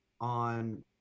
on